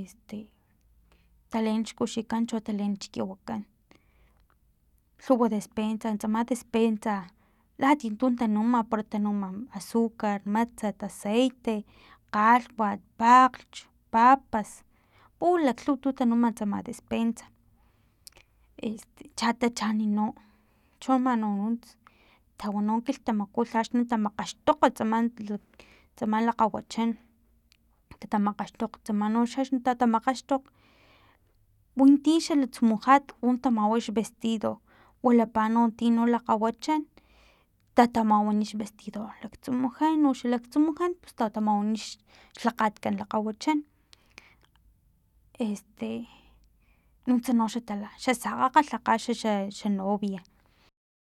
este taleen xkuxikan cho taleen xkiwikan lhuwa despensa tsama despensa latia tun tanuma para tanuma azucar matsat, aceite, kgalhwat, pakglhch, papas, pulaklhuwa tun tanuma tsama despensa este cha tachaani no cho mani u tawani no kilhtamaku lha akxni tamakgaxtoko tsamali tsama lakgawachan tatamakgaxtokgos tsama noxa tatamakgaxtokg winti xalatsumujat un tamawa xvestido wilapa notino lakgawachan tatamawani xvestido laktsumujan uno xa laktsumujan pus tatamawani xlhakgatkan lakgawachan este nuntsa noxa tala xa sakgakga lhakga xa xa novia